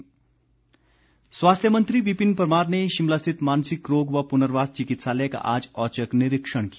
विपिन परमार स्वास्थ्य मंत्री विपिन परमार ने शिमला स्थित मानसिक रोग व पुनर्वास चिकित्सालय का आज औचक निरीक्षण किया